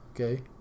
Okay